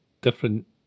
different